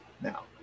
now